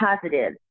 positive